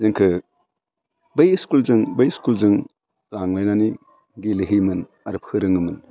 जोंखौ बै स्कुलजों बै स्कुलजों लांलायनानै गेलेहोयोमोन आरो फोरोङोमोन